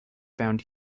bound